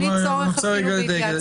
בלי צורך אפילו בהתייעצות.